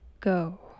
go